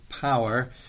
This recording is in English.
Power